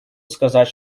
сказать